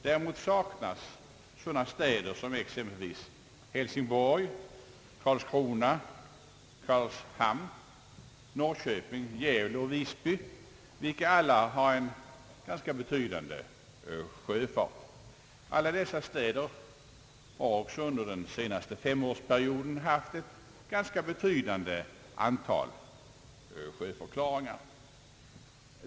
Däremot saknas sådana städer som exempelvis Hälsingborg, Karlskrona, Karlshamn, Norrköping, Gävle och Visby, vilka alla är ganska betydande sjöfartsstäder. Alla dessa städer har också under den senaste femårsperioden haft ett ganska avsevärt antal sjöförklaringar.